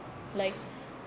like